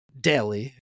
daily